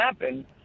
happen